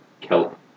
kelp